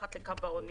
מתחת לקו העוני.